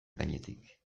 gainetik